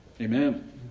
Amen